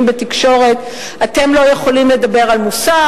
בתקשורת: אתם לא יכולים לדבר על מוסר,